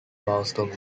milestone